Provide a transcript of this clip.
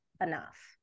enough